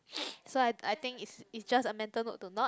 so I I think is is just a mental note to not